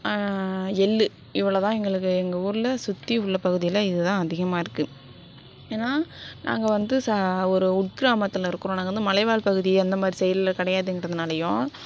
எள் இவ்வளோதான் எங்களுக்கு எங்கள் ஊர்ல சுற்றி உள்ள பகுதியில இதுதான் அதிகமாக இருக்குது ஏன்னா நாங்கள் வந்து சா ஒரு உட்கிராமத்தில் இருக்கிறோம் நாங்கள் வந்து மலைவாழ் பகுதி அந்தமாதிரி சைடுல கிடையாதுகின்றதுனாலையும்